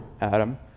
Adam